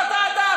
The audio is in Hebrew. "אפרטהייד"?